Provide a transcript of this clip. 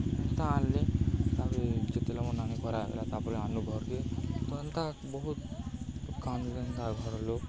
ଏନ୍ତା ଆନ୍ଲେ ତାପରେ ମାନୀ କର ହେଇଲା ତାପରେ ଆନୁ ଘର୍କେ ବହୁତ ଘରଲୋକ